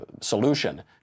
solution